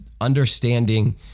understanding